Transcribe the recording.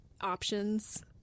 options